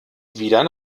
wieder